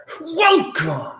welcome